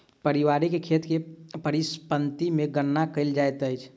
पारिवारिक खेत के परिसम्पत्ति मे गणना कयल जाइत अछि